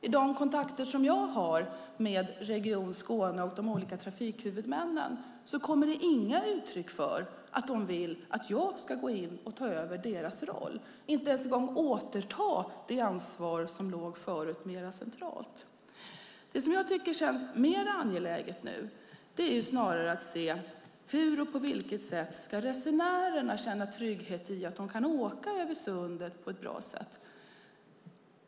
I de kontakter som jag har med Region Skåne och de olika trafikhuvudmännen kommer det inte fram några uttryck för att de vill att jag ska gå in och ta över deras roll eller ens återta det ansvar som förut låg mer centralt. Nu är det mer angeläget att se hur resenärerna ska känna sig trygga i att kunna åka över sundet.